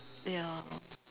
ya